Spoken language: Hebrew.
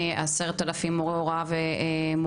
10 אלפים עובדי הוראה ומורים,